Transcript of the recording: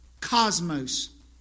cosmos